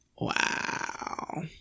Wow